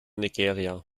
nigeria